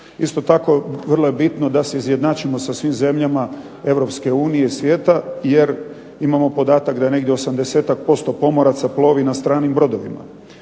Isto tako vrlo je bitno da se izjednačimo sa svim zemljama Europske unije i svijeta, jer imamo podatak da negdje 80-ak posto pomoraca plovi na stranim brodovima.